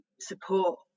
support